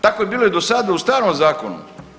Tako je bilo i do sada u starom zakonu.